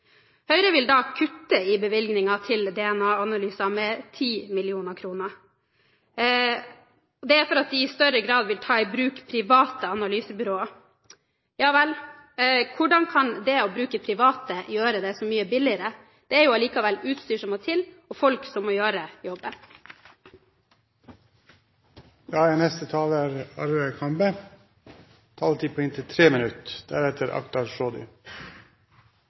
Høyre vil kutte i bevilgningen til DNA-analyser med 10 mill. kr. Det er fordi de i større grad vil ta i bruk private analysebyråer. Ja vel – hvordan kan det å bruke private gjøre det så mye billigere? Man må jo allikevel ha utstyr og folk som må gjøre jobben. De talere som heretter får ordet, har en taletid på inntil